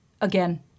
again